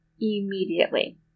immediately